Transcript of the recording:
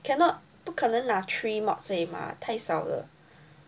cannot 不可能拿 three mods 而已吗太少了